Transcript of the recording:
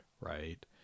right